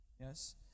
Yes